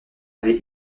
avait